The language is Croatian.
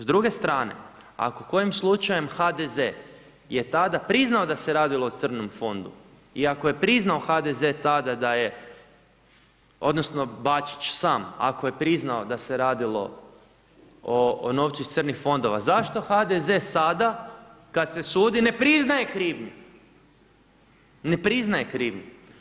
S druge strane, ako kojim slučajem, HDZ, je tada priznao da se radilo o crnom fondu i ako je priznao HDZ tada da je odnosno, Bačić, sam ako je priznao da se radilo o novcu crnih fondova, zašto HDZ sada kada se sudi ne priznaje krivnju, ne priznaje krivnju.